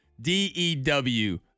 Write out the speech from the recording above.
D-E-W